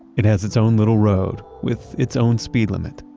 it has its own little road with its own speed limit,